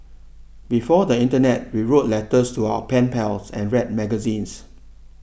before the internet we wrote letters to our pen pals and read magazines